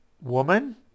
woman